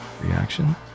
reaction